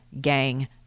gang